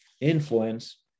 influence